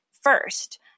first